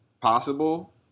possible